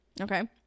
Okay